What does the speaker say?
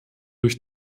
durch